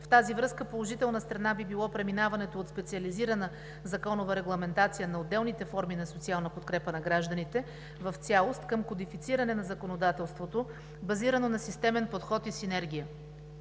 В тази връзка положителна страна би било преминаването от специализирана законова регламентация на отделните форми на социална подкрепа на гражданите към кодифициране на законодателството в цялост, базирано на системен подход и синергия.